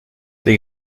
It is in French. des